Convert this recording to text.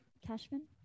Cashman